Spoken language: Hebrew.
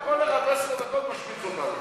כל אחד בעשר דקות משמיץ אותנו.